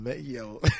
Yo